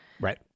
Right